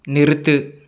நிறுத்து